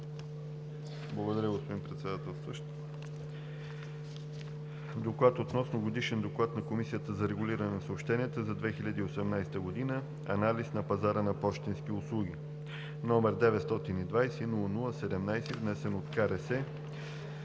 Благодаря, господин Председателстващ. „ДОКЛАД относно Годишен доклад на Комисията за регулиране на съобщенията за 2018 г. – „Анализ на пазара на пощенски услуги“, № 920-00-17, внесен от